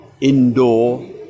indoor